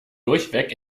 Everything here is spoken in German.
durchweg